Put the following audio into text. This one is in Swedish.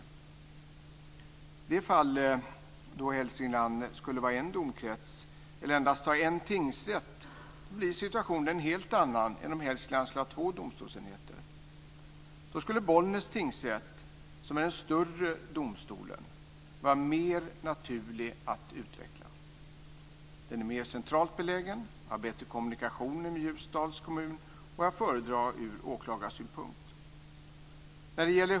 I det fall då Hälsingland skulle vara en domkrets, eller endast ha en tingsrätt, blir situationen en helt annan än om Hälsingland skulle ha två domstolsenheter. Då skulle Bollnäs tingsrätt, som är den större domstolen, vara mer naturlig att utveckla. Den är mer centralt belägen. Det finns bättre kommunikationer än i Ljusdals kommun. Den är också att föredra ur åklagarsynpunkt.